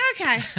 okay